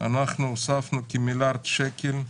אנחנו הוספנו כמיליארד שקל,